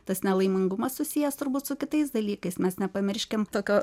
tas nelaimingumas susijęs turbūt su kitais dalykais mes nepamirškim tokio